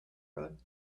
road